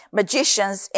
magicians